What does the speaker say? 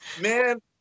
man